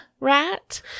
rat